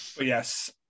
yes